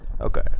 Okay